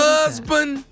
Husband